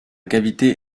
cavité